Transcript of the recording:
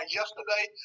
yesterday